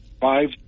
five